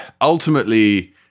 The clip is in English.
ultimately